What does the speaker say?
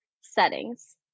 settings